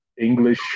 English